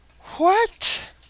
What